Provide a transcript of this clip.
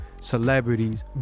celebrities